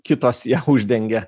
kitos ją uždengia